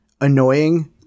annoying